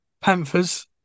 panthers